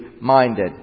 minded